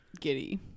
Giddy